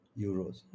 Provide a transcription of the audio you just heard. euros